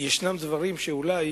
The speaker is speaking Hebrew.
יש דברים שאולי